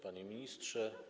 Panie Ministrze!